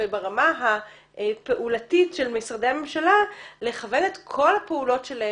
וברמה הפעולתית של משרדי הממשלה לכוון את כל הפעולות שלהם,